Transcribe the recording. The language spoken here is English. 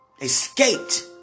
Escaped